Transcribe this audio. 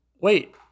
wait